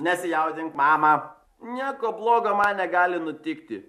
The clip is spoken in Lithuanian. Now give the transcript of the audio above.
nesijaudink mama nieko blogo man negali nutikti